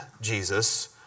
Jesus